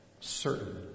certain